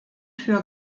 für